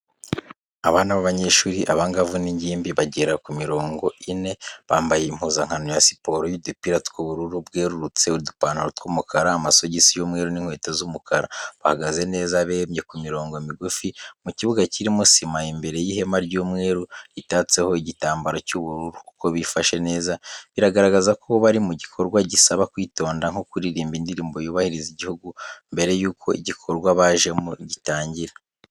Abana b'abanyeshuri, abangavu n'ingimbi, bagera kuri mirongo ine, bambaye impuzankano ya siporo y'udupira tw'ubururu bwerurutse, udupantaro tw'umukara, amasogisi y'umweru n'inkweto z'umukara. Bahagaze neza bemye ku mirongo migufi, mu kibuga kirimo sima, imbere y'ihema ry'umweru ritatseho igitambaro cy'ubururu. Uko bifashe neza biragaragaza ko bari mu gikorwa gisaba kwitonda nko kuririmba indirimbo yubahiriza igihugu mbere y'uko igikorwa bajemo gitangira.